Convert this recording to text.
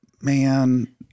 man